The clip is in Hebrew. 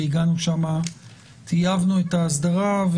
טייבנו את ההסדרה.